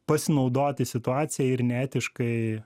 pasinaudoti situacija ir neetiškai